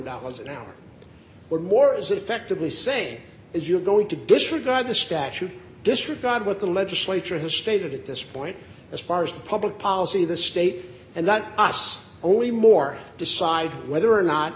dollars an hour or more is effectively same as you're going to disregard the statute disregard what the legislature has stated at this point as far as the public policy the state and that us only more decide whether or not